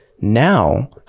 now